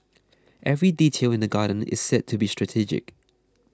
every detail in the garden is said to be strategic